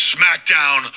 Smackdown